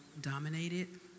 dominated